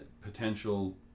potential